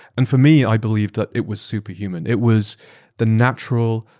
and for me, i believe that it was superhuman. it was the natural,